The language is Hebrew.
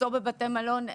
מחסור בבתי מלון,